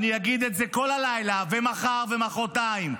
אני אגיד את זה כל הלילה ומחר ומוחרתיים.